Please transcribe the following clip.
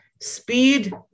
Speed